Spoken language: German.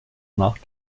nach